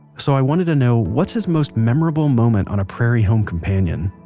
so i wanted to know what's his most memorable moment on a prairie home companion?